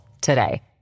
today